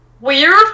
weird